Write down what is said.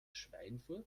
schweinfurt